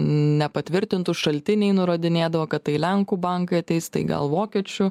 nepatvirtintų šaltiniai nurodinėdavo kad tai lenkų bankai ateis tai gal vokiečių